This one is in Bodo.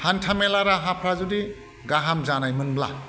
हान्थामेला राहाफोरा जुदि गाहाम जानायमोनब्ला